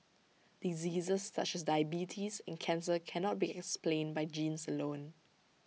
diseases such as diabetes and cancer cannot be explained by genes alone